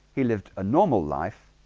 he lived a normal life,